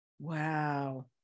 Wow